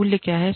मूल्य क्या हैं